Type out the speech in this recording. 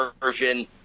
version